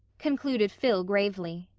concluded phil gravely.